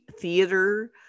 theater